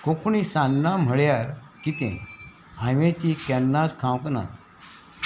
कोंकणी सान्नां म्हळ्यार कितें हांवें ती केन्नाच खावंक नात